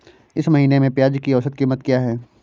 इस महीने में प्याज की औसत कीमत क्या है?